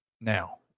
Now